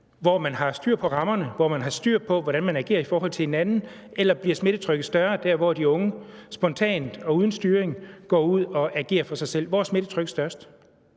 hvor man har styr på rammerne, hvor man har styr på, hvordan man agerer i forhold til hinanden? Eller bliver smittetrykket større der, hvor de unge spontant og uden styring går ud og agerer for sig selv? Hvor er smittetrykket størst?